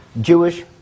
Jewish